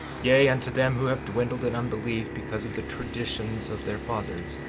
yea, unto them who have dwindled in unbelief because of the traditions of their fathers,